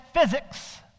physics